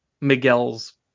Miguel's